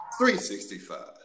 365